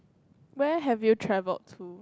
where have you travelled to